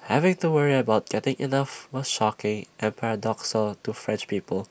having to worry about getting enough was shocking and paradoxical to French people